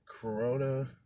Corona